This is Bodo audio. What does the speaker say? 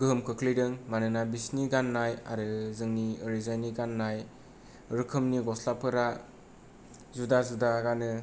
गोहोम खोख्लैदों मानोना बिसोरनि गाननाय आरो जोंनि ओरैजायनि गाननाय रोखोमनि गस्लाफोरा जुदा जुदा गानो